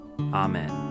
amen